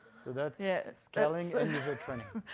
that's yeah scaling and user training.